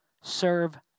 Serve